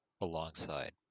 alongside